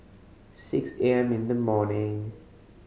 six A M in the morning